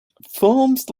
films